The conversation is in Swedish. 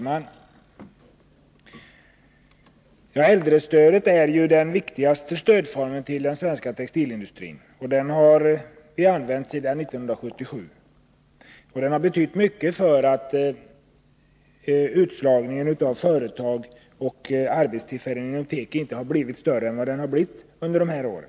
Herr talman! Äldrestödet är den viktigaste stödformen för den svenska textilindustrin, och den har använts sedan 1977. Den har betytt mycket för att utslagningen av företag inte har blivit ännu större under de här åren.